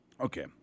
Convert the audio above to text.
Okay